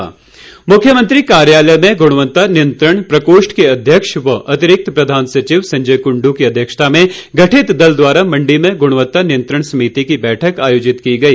गुणवत्ता दल मुख्यमंत्री कार्यालय में गुणवत्ता नियंत्रण प्रकोष्ठ के अध्यक्ष व अतिरिक्त प्रधान सचिव संजय कुंडू की अध्यक्षता में गठित दल द्वारा मण्डी में गुणवत्ता नियंत्रण समिति की बैठक आयोजित की गई